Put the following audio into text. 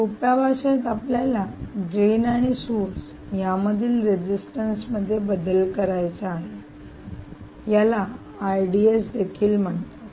सोप्या भाषेत आपल्याला ड्रेन आणि सोर्स यामधील रेजिस्टन्स मध्ये बदल करायचा आहे याला देखील म्हणतात